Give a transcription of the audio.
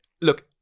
Look